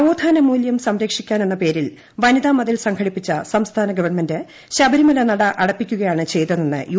നവേത്ഥാനമൂലൃം സംരക്ഷിക്കാനെന്ന പേരിൽ വനിതാമതിൽ സംഘടിപ്പിച്ച സംസ്ഥാന ഗവൺമെന്റ് ശബരിമല നട അടപ്പിക്കുകയാണ് ചെയ്തതെന്ന് യു